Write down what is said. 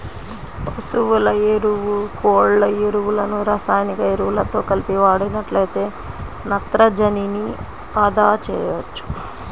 పశువుల ఎరువు, కోళ్ళ ఎరువులను రసాయనిక ఎరువులతో కలిపి వాడినట్లయితే నత్రజనిని అదా చేయవచ్చు